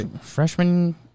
Freshman